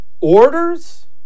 orders